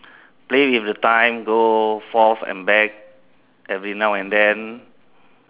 play with the time go forth and back every now and then